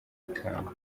ikamba